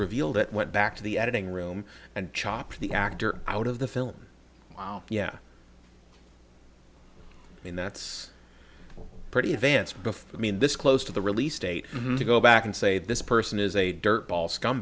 revealed it went back to the editing room and chopped the actor out of the film yeah i mean that's pretty advance before i mean this close to the release date to go back and say this person is a dirtball scum